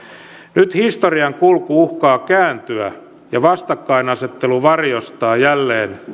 nyt historian kulku uhkaa kääntyä ja vastakkainasettelu varjostaa jälleen